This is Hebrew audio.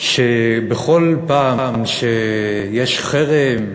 שבכל פעם שיש חרם,